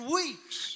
weeks